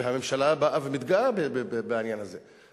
והממשלה באה ומתגאה בעניין הזה,